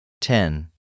ten